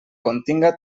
continga